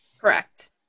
Correct